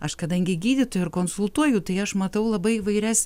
aš kadangi gydytoja ir konsultuoju tai aš matau labai įvairias